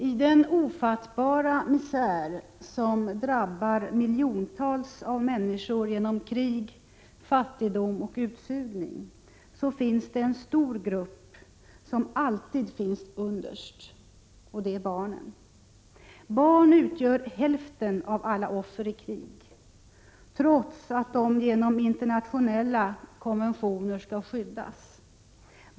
I den ofattbara misär som drabbar miljontals människor genom krig, fattigdom och utsugning finns det en stor grupp som alltid befinner sig underst, och det är barnen. Barn utgör hälften av alla offer i krig, trots att de enligt internationella konventioner skall skyddas.